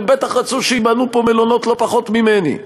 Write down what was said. הם בטח רצו שיבנו פה מלונות לא פחות ממני.